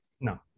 No